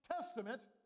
Testament